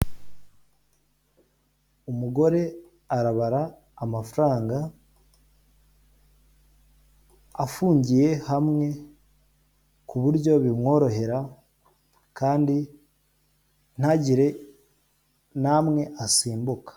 Umugore arabara amafaranga, afungiye hamwe ku buryo bimworohera kandi ntagire n'amwe asimbuka.